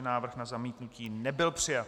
Návrh na zamítnutí nebyl přijat.